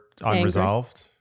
unresolved